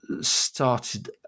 started